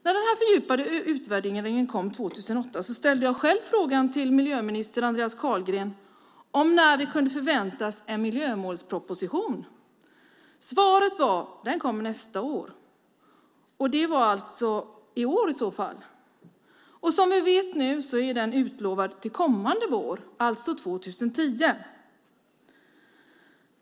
När den fördjupade utvärderingen kom 2008 ställde jag en fråga till miljöminister Andreas Carlgren om när vi kunde förvänta oss en miljömålsproposition. Svaret var: Den kommer nästa år. Det skulle i så fall vara i år. Som vi nu vet är den utlovad till kommande vår, alltså 2010.